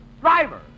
Driver